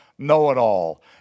know-it-all